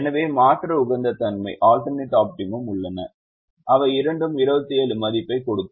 எனவே மாற்று உகந்த தன்மை உள்ளன அவை இரண்டும் 27 மதிப்பைக் கொடுக்கும்